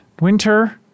winter